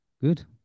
Good